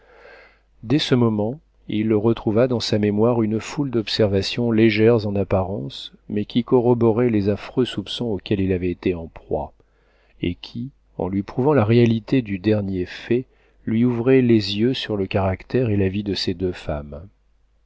dès ce moment il retrouve dans sa mémoire une foule d'observations légères en apparence mais qui corroboraient les affreux soupçons auxquels il avait été en proie et qui en lui prouvant la réalité du dernier fait lui ouvraient les yeux sur le caractère et la vie de ces deux femmes